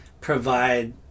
provide